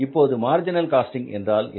இப்போது marginal costing என்றால் என்ன